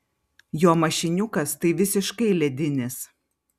jo mašiniukas tai visiškai ledinis